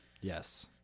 Yes